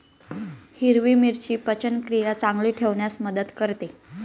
हिरवी मिरची पचनक्रिया चांगली ठेवण्यास मदत करते